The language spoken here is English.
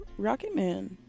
Rocketman